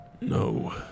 No